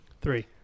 Three